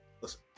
Listen